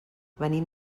venim